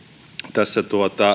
tässä